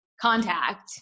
contact